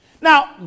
Now